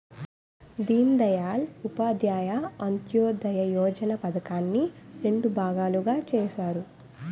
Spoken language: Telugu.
దీన్ దయాల్ ఉపాధ్యాయ అంత్యోదయ యోజన పధకాన్ని రెండు భాగాలుగా చేసారు